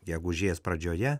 gegužės pradžioje